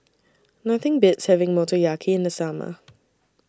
Nothing Beats having Motoyaki in The Summer